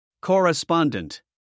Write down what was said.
Correspondent